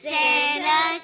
Santa